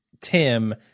Tim